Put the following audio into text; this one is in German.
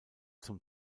zum